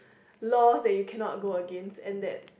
laws that you cannot go against and that